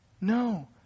No